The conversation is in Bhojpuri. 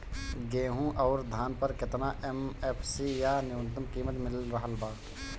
गेहूं अउर धान पर केतना एम.एफ.सी या न्यूनतम कीमत मिल रहल बा?